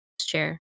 chair